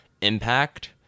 impact